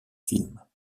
films